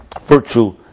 virtue